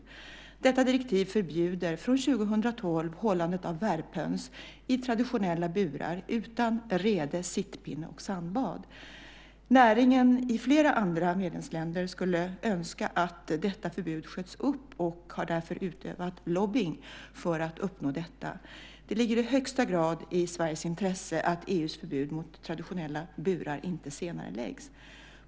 Detta direktiv förbjuder från 2012 hållandet av värphöns i traditionella burar utan rede, sittpinne och sandbad. Näringen i flera andra medlemsländer skulle önska att detta förbud sköts upp och har därför utövat lobbying för att uppnå detta. Det ligger i högsta grad i Sveriges intresse att EU:s förbud mot traditionella burar inte senareläggs.